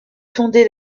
fonder